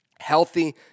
healthy